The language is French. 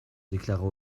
déclara